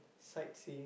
sightseeing